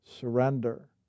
Surrender